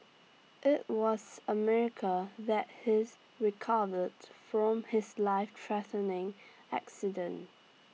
IT was A miracle that he recovered from his lifethreatening accident